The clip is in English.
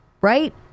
right